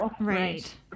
Right